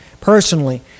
personally